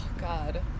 god